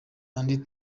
andi